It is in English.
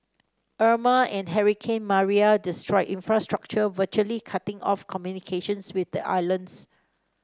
Irma and hurricane Maria destroyed infrastructure virtually cutting off communication with the islands